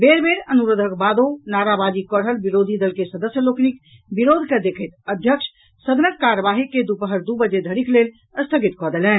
बेर बेर अनुरोधक बादो नाराबाजी कऽ रहल विरोधी दल के सदस्य लोकनिक विरोध के दखैत अध्यक्ष सदनक कार्यवाही के दुपहर दू बजे धरिक लेल स्थगित कऽ देलनि